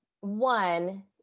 one